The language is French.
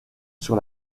sur